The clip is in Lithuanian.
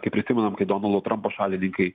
kai prisimenam kai donaldo trampo šalininkai